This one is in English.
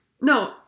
No